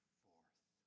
forth